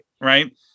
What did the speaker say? right